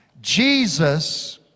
Jesus